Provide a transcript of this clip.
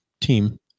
team